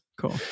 cool